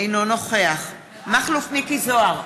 אינו נוכח מכלוף מיקי זוהר,